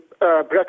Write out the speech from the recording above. brexit